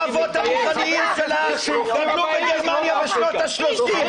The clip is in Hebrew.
האבות הרוחניים שלך גדלו בגרמניה בשנות השלושים,